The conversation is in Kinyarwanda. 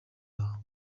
aho